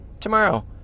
tomorrow